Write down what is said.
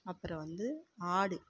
அப்புறம் வந்து ஆடு